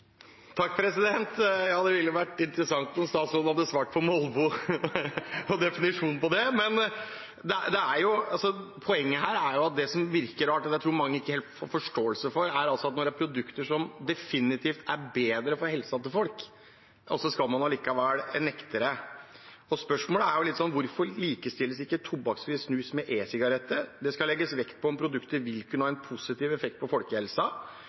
Det ville vært interessant om statsråden hadde definert hva som er molboaktig, men poenget her og det som virker rart, og som jeg tror mange ikke helt har forståelse for, er at når det er produkter som definitivt er bedre for helsen til folk, skal man allikevel nekte det. Spørsmålet er hvorfor tobakksfri snus ikke likestilles med e-sigaretter. Det skal legges vekt på om produktet vil kunne ha en positiv effekt på